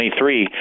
23